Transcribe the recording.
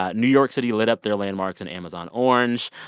ah new york city lit up their landmarks in amazon orange.